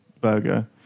burger